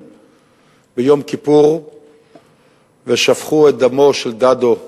ביום כיפור ושפכו את דמו של דדו לשווא,